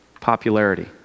Popularity